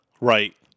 right